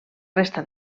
resta